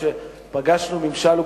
שבתקופה הסובייטית השתמשו במצבות,